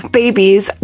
babies